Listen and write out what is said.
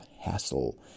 hassle